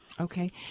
Okay